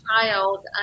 child